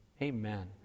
Amen